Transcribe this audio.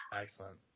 Excellent